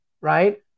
right